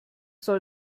soll